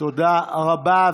תודה רבה.